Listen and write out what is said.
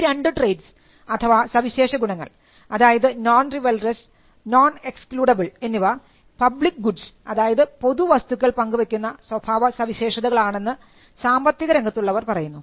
ഈ രണ്ട് ട്രെയ്റ്റ്സ് അഥവാ സവിശേഷഗുണങ്ങൾ അതായത് നോൺ റിവൽറസ്സ് നോൺ എക്സ്ക്ലൂഡബിൾ എന്നിവ പബ്ലിക് ഗുഡ്സ് അതായത് പൊതു വസ്തുക്കൾ പങ്കുവയ്ക്കുന്ന സ്വഭാവസവിശേഷതകൾ ആണെന്ന് സാമ്പത്തികരംഗത്തുള്ളവർ പറയുന്നു